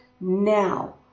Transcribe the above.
now